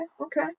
Okay